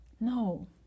No